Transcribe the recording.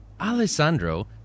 Alessandro